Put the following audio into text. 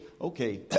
okay